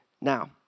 now